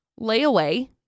layaway